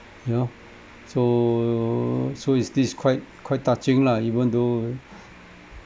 you know so so is this quite quite touching lah even though